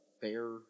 fair